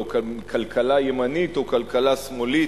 כלכלה ימנית או כלכלה שמאלית,